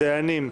דיינים,